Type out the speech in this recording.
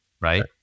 Right